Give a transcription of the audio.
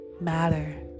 matter